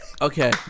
Okay